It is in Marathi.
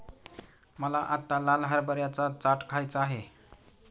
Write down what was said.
मला आत्ता लाल हरभऱ्याचा चाट खायचा आहे